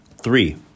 Three